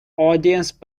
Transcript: audience